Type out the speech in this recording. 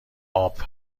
اَپ